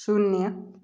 शून्य